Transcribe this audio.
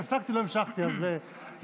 אחרי שהפסקתי לא המשכתי, אז זכית.